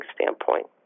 standpoint